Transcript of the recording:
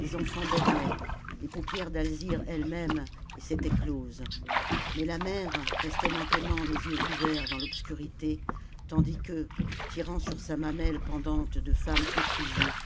les enfants dormaient les paupières d'alzire elle-même s'étaient closes mais la mère restait maintenant les yeux ouverts dans l'obscurité tandis que tirant sur sa mamelle pendante de femme épuisée